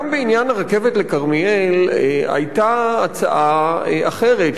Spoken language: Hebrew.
גם בעניין הרכבת לכרמיאל היתה הצעה אחרת,